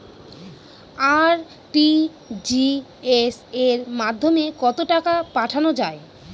RTGS এর মাধ্যমে কত টাকা পাঠানো যায়?